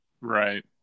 Right